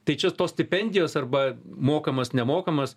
tai čia tos stipendijos arba mokamas nemokamas